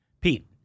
Pete